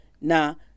now